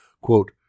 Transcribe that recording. Quote